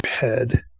head